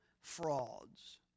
frauds